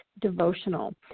devotional